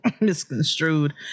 misconstrued